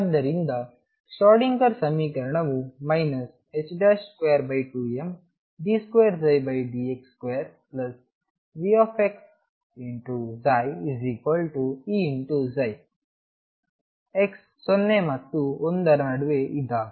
ಆದ್ದರಿಂದ ಶ್ರೋಡಿಂಗರ್ ಸಮೀಕರಣವು 22md2dx2VψEψ x 0 ಮತ್ತು l ರ ನಡುವೆ ಇದ್ದಾಗ